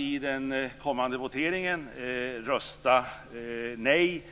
I den kommande voteringen avser jag att rösta nej